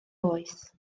oes